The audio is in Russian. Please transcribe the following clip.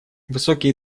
высокие